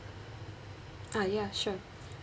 ah ya sure